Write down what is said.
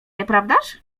nieprawdaż